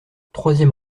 troisième